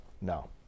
no